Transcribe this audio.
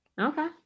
Okay